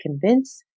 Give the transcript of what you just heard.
convince